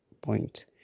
point